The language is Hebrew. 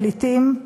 פליטים,